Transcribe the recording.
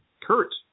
Kurt